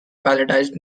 palletized